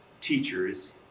teachers